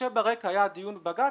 כשברקע היה הדיון בבג"ץ.